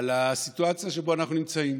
על הסיטואציה שבה אנחנו נמצאים.